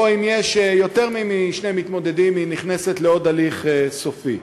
ואם יש יותר משני מתמודדים היא נכנסת לעוד הליך סופי.